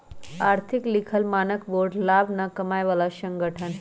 आर्थिक लिखल मानक बोर्ड लाभ न कमाय बला संगठन हइ